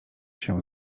się